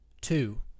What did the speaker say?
two